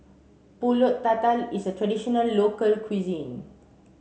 Pulut Tatal is a traditional local cuisine